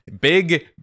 Big